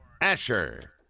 Asher